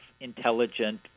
intelligent